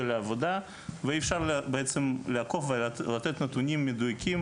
לעבודה ואי אפשר בעצם לעקוב ולתת נתונים מדויקים,